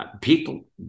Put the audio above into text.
people